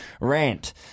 rant